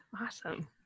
awesome